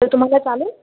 तर तुम्हाला चालेल